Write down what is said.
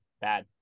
bad